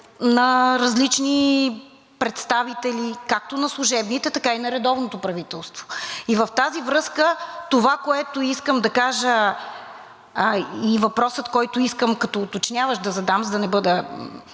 на различни представители, както на служебните, така и на редовното правителство. В тази връзка това, което искам да кажа, и въпросът, който искам да задам като уточняващ, за да не